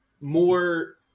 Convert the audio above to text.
more